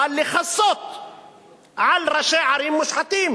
אבל לכסות על ראשי ערים מושחתים